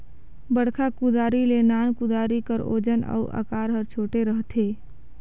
बड़खा कुदारी ले नान कुदारी कर ओजन अउ अकार हर छोटे रहथे